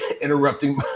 interrupting